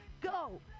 Go